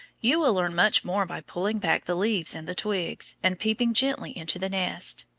you will learn much more by pulling back the leaves and the twigs, and peeping gently into the nest.